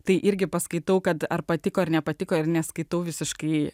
tai irgi paskaitau kad ar patiko ar nepatiko ir nes kitų visiškai